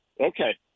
Okay